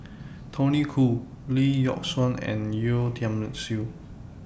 Tony Khoo Lee Yock Suan and Yeo Tiam Siew